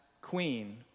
queen